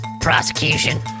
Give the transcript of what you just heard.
Prosecution